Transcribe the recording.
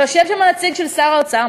ויושב שם נציג של שר האוצר,